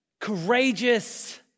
courageous